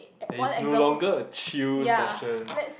there is no longer a chill session